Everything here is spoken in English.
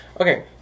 okay